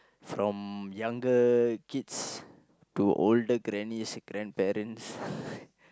from younger kids to older grannies grandparents